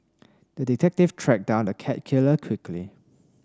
the detective tracked down the cat killer quickly